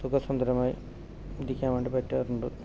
സുഖസുന്ദരമായി ഇരിക്കാൻ വേണ്ടി പറ്റാറുണ്ട്